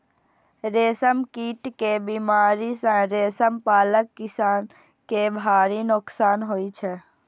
रेशम कीट के बीमारी सं रेशम पालक किसान कें भारी नोकसान होइ छै